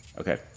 Okay